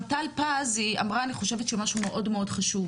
אני חושבת שטל פז גם אמרה משהו מאוד חשוב.